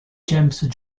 james